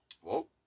Whoa